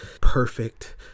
perfect